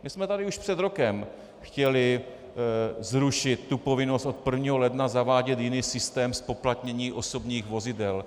My jsme tady už před rokem chtěli zrušit tu povinnost od 1. ledna zavádět jiný systém zpoplatnění osobních vozidel.